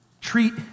treat